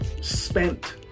spent